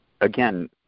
again